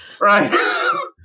right